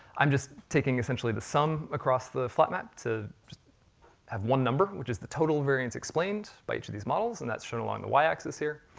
i'm just taking essentially the sum across the flat map, to just have one number, which is the total variance explained by each of these models, and that's shown along the y axis here,